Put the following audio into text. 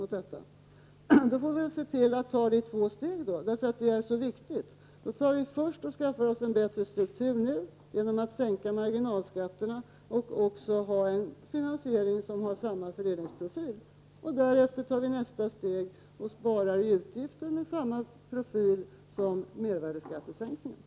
Men då får vi se till att genomföra en sänkning av skattetrycket i två steg, eftersom det är så viktigt. Först skaffar vi oss en bättre struktur genom att sänka marginalskatterna och också ha en finansiering som har samma fördelningsprofil. Därefter tar vi nästa steg och sparar utgifter med samma profil som mervärdeskattesänkningen.